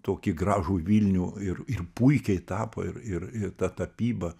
tokį gražų vilnių ir ir puikiai tapo ir ir ir ta tapyba